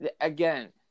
Again